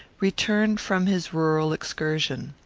returned from his rural excursion.